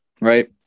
right